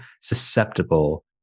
susceptible